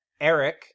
Eric